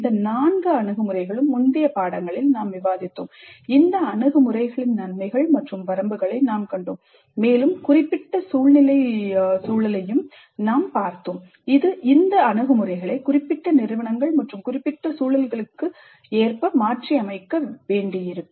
இந்த நான்கு அணுகுமுறைகளும் முந்தைய பாடங்களில் நாம் விவாதித்தோம் இந்த அணுகுமுறைகளின் நன்மைகள் மற்றும் வரம்புகளை நாம் கண்டோம் மேலும் குறிப்பிட்ட சூழ்நிலை சூழலையும் நாம் பார்த்தோம் இது இந்த அணுகுமுறைகளை குறிப்பிட்ட நிறுவனங்கள் மற்றும் குறிப்பிட்ட சூழல்களுக்கு மாற்றியமைக்க வேண்டியிருக்கும்